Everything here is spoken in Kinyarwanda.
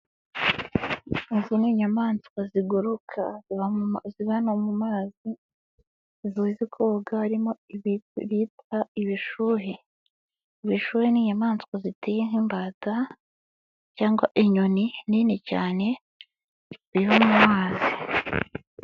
Iz ni inyamaswa ziguruka ziba mu mazi, zizi koga harimo izitwa ibishuhe. Ibishuhe n'inyamaswa ziteye nk'imbata cyangwa inyoni nini cyane ziba mu mazi.